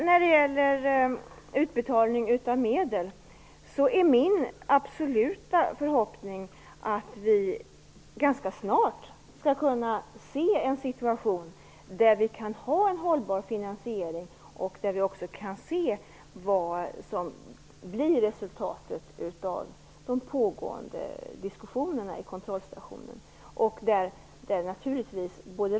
När det gäller utbetalning av medel är det min absoluta förhoppning att vi ganska snart skall kunna få se en hållbar finansiering. Då kan vi också se vad som blir resultatet av de pågående diskussionerna i kontrollstationen.